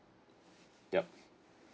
yup